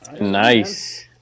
Nice